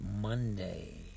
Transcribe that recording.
Monday